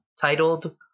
titled